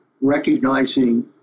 recognizing